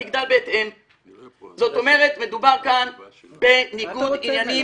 זאת אומרת שמדובר בניגוד עניינים --- מאיר,